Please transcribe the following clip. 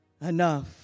enough